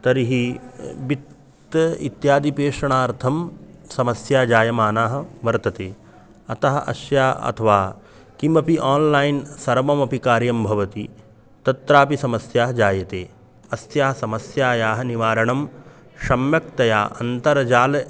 तर्हि वित्त इत्यादिप्रेषणार्थं समस्या जायमाना वर्तते अतः अस्याः अथवा किमपि आन्लैन् सर्वमपि कार्यं भवति तत्रापि समस्याः जायन्ते अस्याः समस्यायाः निवारणं सम्यक्तया अन्तर्जालं